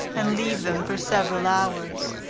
and leave them for several hours.